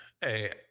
Hey